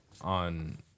on